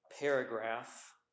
paragraph